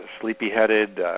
sleepy-headed